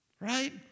right